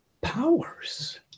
powers